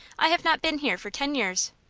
i have not been here for ten years.